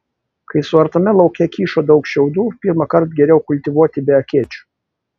kai suartame lauke kyšo daug šiaudų pirmą kartą geriau kultivuoti be akėčių